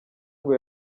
ngo